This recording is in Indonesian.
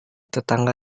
tetangga